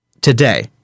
today